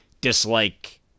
dislike